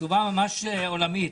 תשובה ממש עולמית.